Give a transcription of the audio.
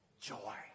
joy